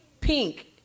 pink